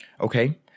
Okay